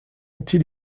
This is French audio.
anti